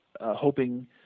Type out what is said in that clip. hoping